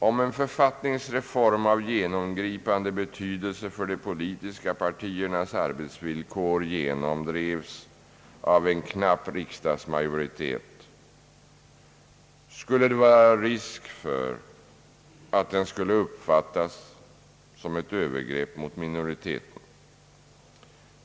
Om en författningsreform av genomgripande betydelse för de politiska partiernas arbetsvillkor genomdrevs av en knapp riksdagsmajoritet skulle det vara risk för att den skulle uppfattas som ett övergrepp mot minoriteten.